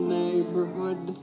neighborhood